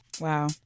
Wow